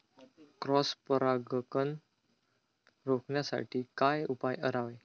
Cross परागकण रोखण्यासाठी काय उपाय करावे?